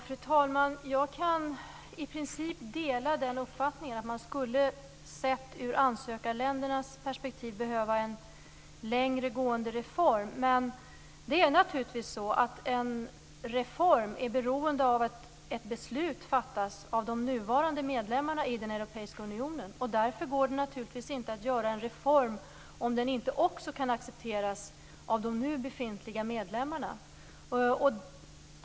Fru talman! Jag kan i princip dela uppfattningen att man, sett ur ansökarländernas perspektiv, skulle behöva en reform som går längre. Men en reform är naturligtvis beroende av att ett beslut fattas av de nuvarande medlemmarna i Europeiska unionen. Därför går det naturligtvis inte att genomföra en reform om den inte också kan accepteras av de nu befintliga medlemmarna.